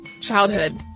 childhood